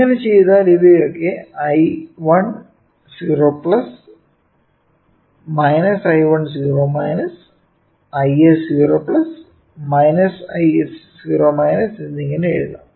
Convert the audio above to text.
ഇങ്ങനെ ചെയ്താൽ ഇവയൊക്കെ I10 I1 Is0 Is എന്നിങ്ങനെ എഴുതാം